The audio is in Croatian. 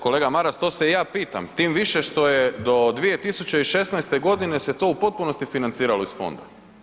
Kolega Maras to se i ja pitam, tim više što je do 2016. godine se to u potpunosti financiralo iz fonda.